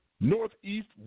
Northeast